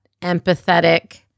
empathetic